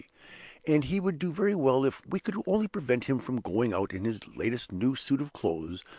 and he would do very well if we could only prevent him from going out in his last new suit of clothes,